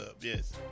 yes